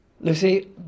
Lucy